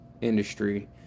industry